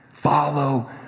follow